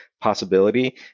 possibility